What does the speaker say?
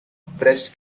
breast